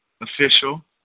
official